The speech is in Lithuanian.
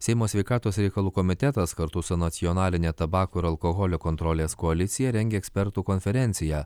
seimo sveikatos reikalų komitetas kartu su nacionaline tabako ir alkoholio kontrolės koalicija rengia ekspertų konferenciją